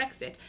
Brexit